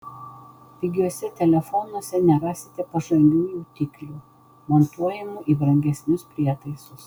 pigiuose telefonuose nerasite pažangių jutiklių montuojamų į brangesnius prietaisus